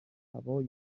هوای